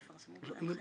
תחזרו על זה עם תשובה.